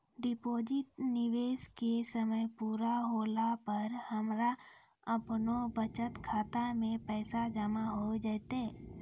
Deposit निवेश के समय पूरा होला पर हमरा आपनौ बचत खाता मे पैसा जमा होय जैतै?